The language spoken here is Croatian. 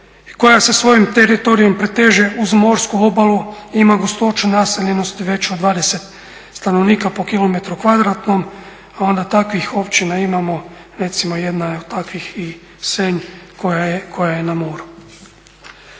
koja sa svojim teritorijem proteže uz morsku obalu i ima gustoću naseljenosti veću od 20 stanovnika po kilometru kvadratnom, a onda takvih općina imamo, recimo jedna od takvih je Senj koja je na moru.